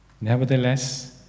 nevertheless